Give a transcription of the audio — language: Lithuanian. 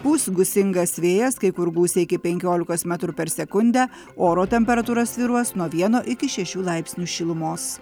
pūs gūsingas vėjas kai kur gūsiai iki penkiolikos metrų per sekundę oro temperatūra svyruos nuo vieno iki šešių laipsnių šilumos